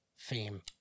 theme